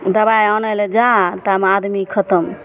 दबाइ आनै लए जा तामे आदमी खत्म